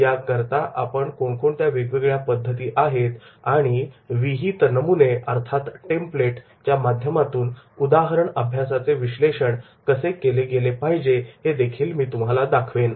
याकरता कोणकोणत्या वेगळ्या पद्धती आहेत आणि टेम्प्लेट ढाचा च्या माध्यमातून केसस्टडीचे विश्लेषण कसे केले पाहिजे हे मी तुम्हाला दाखवीन